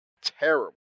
Terrible